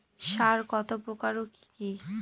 সার কত প্রকার ও কি কি?